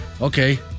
Okay